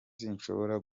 sinshobora